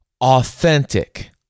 authentic